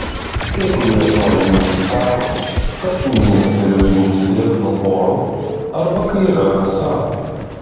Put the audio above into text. kai kurie žolininkai sako kad kmynus geriau rinkti drėgnu oru arba kai yra rasa